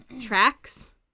tracks